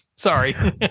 Sorry